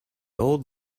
old